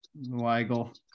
Weigel